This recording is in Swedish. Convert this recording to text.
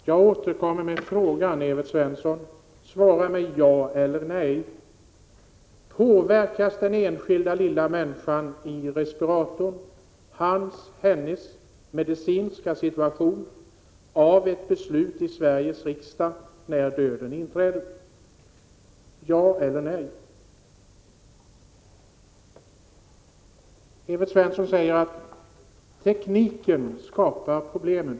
Herr talman! Jag återkommer med min fråga, Evert Svensson: Påverkas den enskilda lilla människan i respiratorn, hans eller hennes medicinska situation, av ett beslut i Sveriges riksdag när döden inträder? Svara ja eller nej. Evert Svensson säger att tekniken skapar problemen.